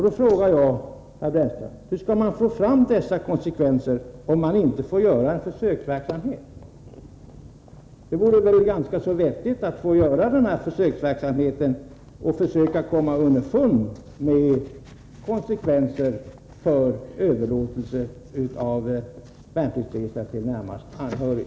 Då frågar jag herr Brännström: Hur skall man få fram dessa konsekvenser, om man inte får bedriva en försöksverksamhet? Det vore väl ganska vettigt att få göra det och försöka komma underfund med konsekvenserna av överlåtelse av värnpliktsresa till närmast anhörig.